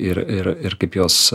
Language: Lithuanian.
ir ir ir kaip jos